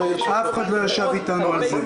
אף אחד לא ישב איתנו על זה.